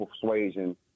persuasion